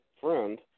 friend